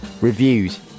Reviews